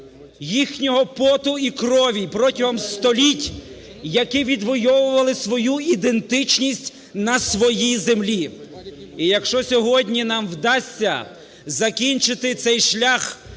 їхнього поту і крові протягом століть, які відвойовували свою ідентичність на своїй землі. І якщо сьогодні нам вдасться закінчити цей шлях